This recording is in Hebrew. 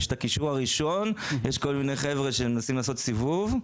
יש את הקישור הראשון ויש כל מיני חבר'ה שמנסים לעשות על זה סיבוב,